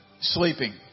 sleeping